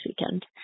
weekend